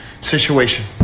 situation